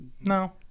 no